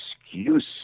excuse